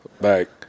Back